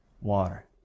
water